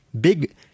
big